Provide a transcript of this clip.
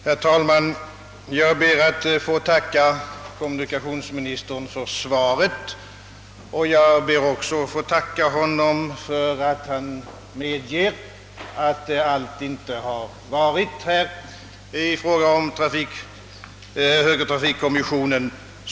Herr talman! Jag ber att få tacka kommunikationsministern för svaret. Jag tackar honom också för att han medger att allt inte har varit som det borde vara i fråga om högertrafikkommissionen.